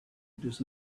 does